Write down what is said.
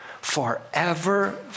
forever